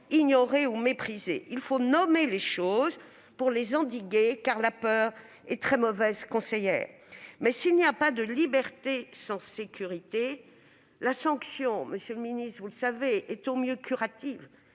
ignoré ou méprisé. Il faut nommer les choses pour les endiguer, car la peur est très mauvaise conseillère. S'il n'y a pas de liberté sans sécurité, la sanction, monsieur le ministre, est, au mieux, curative